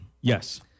Yes